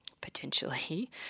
potentially